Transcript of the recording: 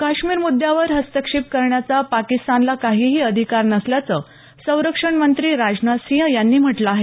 काश्मीर मुद्यावर हस्तक्षेप करण्याचा पाकिस्तानला काहीही अधिकार नसल्याचं संरक्षण मंत्री राजनाथसिंह यांनी म्हटलं आहे